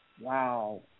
Wow